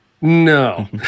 No